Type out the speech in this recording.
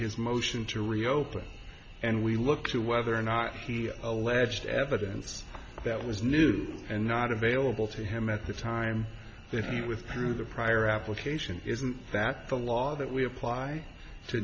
his motion to reopen and we look to whether or not he alleged evidence that was new and not available to him at the time that he withdrew the prior application isn't that the law that we apply to